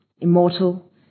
Immortal